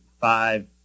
five